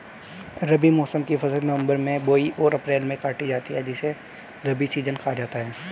रबी मौसम की फसल नवंबर में बोई और अप्रैल में काटी जाती है जिसे रबी सीजन कहा जाता है